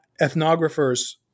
ethnographers